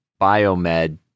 biomed